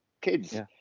kids